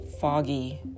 foggy